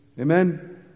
Amen